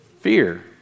fear